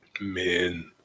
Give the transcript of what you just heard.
men